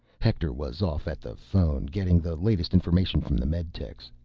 hector was off at the phone, getting the latest information from the meditechs.